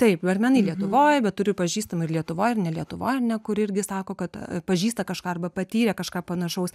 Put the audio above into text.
taip barmenai lietuvoj bet turiu pažįstamų ir lietuvoj ir ne lietuvoj ar ne kur irgi sako kad pažįsta kažką arba patyrė kažką panašaus